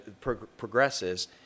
progresses